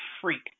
freak